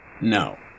No